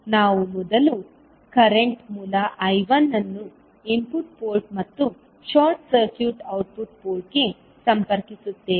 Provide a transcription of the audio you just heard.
ನಾವು ಮೊದಲು ಕರೆಂಟ್ ಮೂಲ I1 ಅನ್ನು ಇನ್ಪುಟ್ ಪೋರ್ಟ್ ಮತ್ತು ಶಾರ್ಟ್ ಸರ್ಕ್ಯೂಟ್ ಔಟ್ಪುಟ್ ಪೋರ್ಟ್ಗೆ ಸಂಪರ್ಕಿಸುತ್ತೇವೆ